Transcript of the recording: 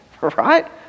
right